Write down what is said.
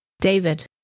David